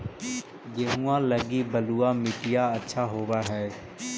गेहुआ लगी बलुआ मिट्टियां अच्छा होव हैं?